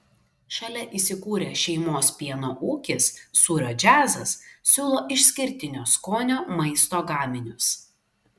šalia įsikūrę šeimos pieno ūkis sūrio džiazas siūlo išskirtinio skonio maisto gaminius